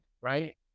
right